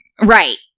right